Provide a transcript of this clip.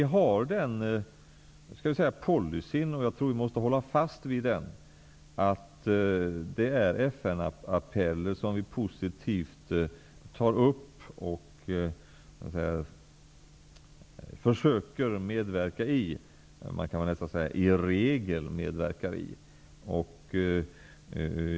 Regeringen har den policyn -- och jag tror att vi måste hålla fast vid den -- att det är FN-appeller som vi positivt tar upp och nästan i regel försöker medverka i.